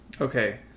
okay